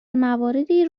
مواردی